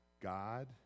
God